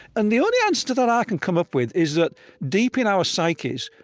and the only answer to that i can come up with is that deep in our psyches,